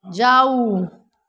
जाउ